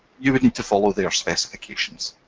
you would need to follow their specifications.